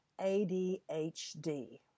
ADHD